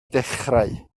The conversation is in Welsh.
ddechrau